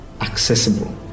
accessible